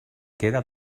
queda